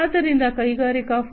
ಆದ್ದರಿಂದ ಕೈಗಾರಿಕೆ 4